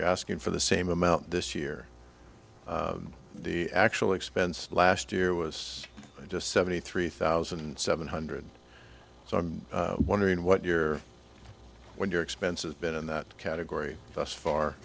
you're asking for the same amount this year the actual expense last year was just seventy three thousand seven hundred so i'm wondering what your when your expenses been in that category thus far